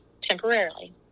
Temporarily